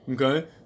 Okay